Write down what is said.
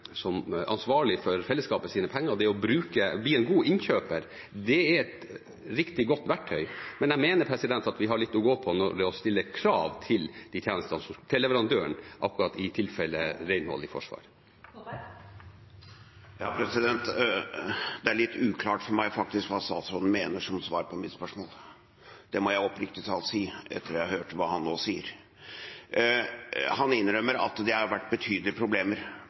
bli en god innkjøper et riktig godt verktøy, og jeg mener at vi har litt å gå på når det gjelder å stille krav til tjenestene – til leverandøren akkurat i tilfellet med renhold i Forsvaret. Det er litt uklart for meg, faktisk, hva statsråden mener, som svar på mitt spørsmål. Det må jeg oppriktig talt si etter at jeg har hørt hva han nå sier. Han innrømmer at det har vært betydelige problemer.